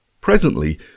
Presently